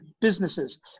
businesses